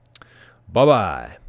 Bye-bye